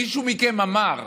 מישהו מכם אמר: